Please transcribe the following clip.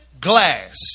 glass